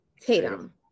Tatum